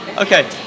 Okay